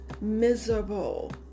miserable